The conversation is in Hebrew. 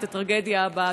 את הטרגדיה הבאה.